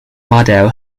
model